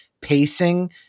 pacing